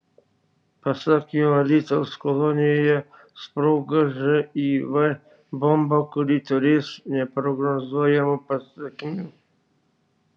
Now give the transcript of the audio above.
pasak jo alytaus kolonijoje sprogo živ bomba kuri turės neprognozuojamų pasekmių